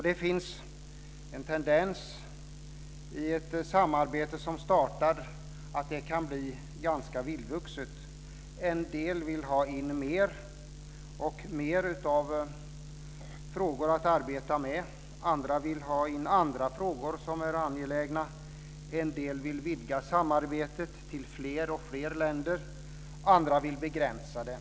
Det finns en tendens till att ett samarbete som startar blir ganska vildvuxet. En del vill ha in mer och mer av frågor att arbeta med, medan andra vill ha in andra frågor som är angelägna. En del vill vidga samarbetet till fler och fler länder, medan andra vill begränsa det.